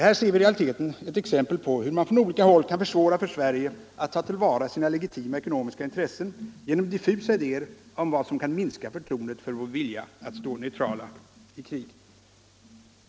Här ser vi i realiteten ett exempel hur man från olika håll kan försvåra för Sverige att ta till vara sina legitima ekonomiska intressen genom diffusa idéer om vad som kan minska förtroendet för vår vilja att stå neutrala i krig.